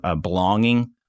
belonging